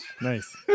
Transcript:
Nice